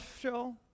show